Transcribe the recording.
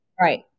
right